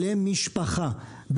למשפחה.